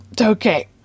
okay